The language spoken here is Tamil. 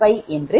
5 0